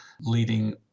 leading